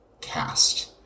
cast